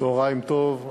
צהריים טובים,